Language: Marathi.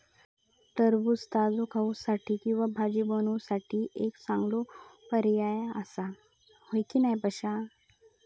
टरबूज ताजो खाऊसाठी किंवा भाजी बनवूसाठी एक चांगलो पर्याय आसा, होय की नाय पश्या?